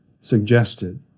suggested